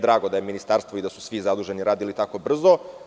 Drago mi je da je ministarstvo i da su svi zaduženi radili tako brzo.